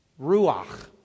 ruach